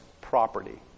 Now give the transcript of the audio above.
property